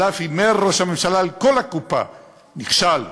שעליו הימר ראש הממשלה, על כל הקופה: נכשל,